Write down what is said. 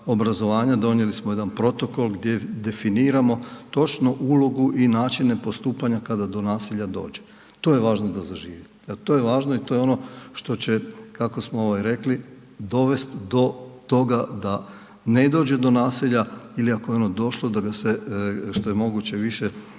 obrazovanja, donijeli smo jedan protokol gdje definiramo točno ulogu i načine postupanja kada do nasilja dođe. To je važno da zaživi. To je važno i to je ono što će kako smo rekli, dovesti do toga da ne dođe do nasilja ili ako je ono došlo, da ga se što je moguće više,